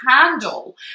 handle